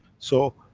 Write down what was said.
so,